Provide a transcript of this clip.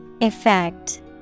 Effect